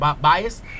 bias